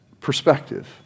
perspective